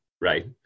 right